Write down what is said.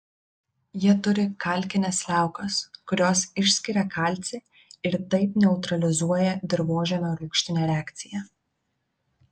jie turi kalkines liaukas kurios išskiria kalcį ir taip neutralizuoja dirvožemio rūgštinę reakciją